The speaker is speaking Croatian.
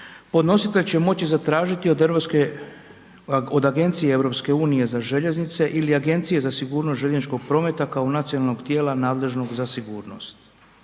podnositelj će moći zatražiti od Agencije EU za željeznice ili Agencija za sigurnost željezničkog prometa kao nacionalnog tijela nadležnog za sigurnost.